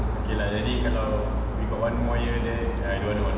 okay lah then we got one more year you want you want